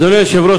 אדוני היושב-ראש,